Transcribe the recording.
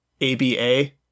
A-B-A